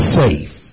safe